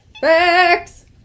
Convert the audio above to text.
facts